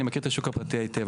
אני מכיר את השוק הפרטי היטב.